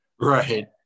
right